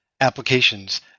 applications